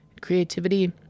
creativity